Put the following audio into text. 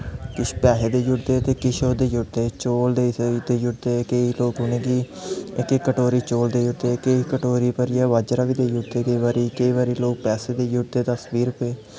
किश पैहे देई ओड़दे ते किश चौल ते केईं लोग उ'नें गी इक इक कटोरी भरियै चौल देई ओड़दे केईं केईं बाजरा बी देई ओड़दे केईं बारी लोग पैहे देई ओड़दे दस बीह् रपेऽ